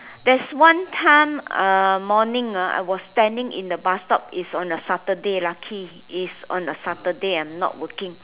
there's one time uh morning ah I was standing in the bus stop it's on a Saturday lucky is on a Saturday I'm not working